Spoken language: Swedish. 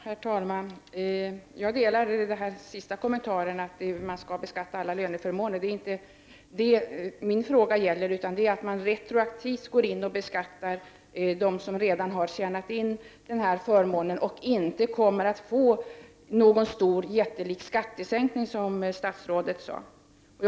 Herr talman! Jag instämmer i den sista kommentaren, dvs. att alla löneförmåner skall beskattas. Det är inte det min fråga gäller, utan det är att de som redan har tjänat in denna förmån beskattas retroaktivt. De kommer inte heller att få någon jättelik skattesänkning, som statsrådet talade om.